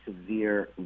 severe